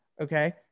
okay